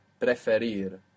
preferir